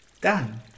Done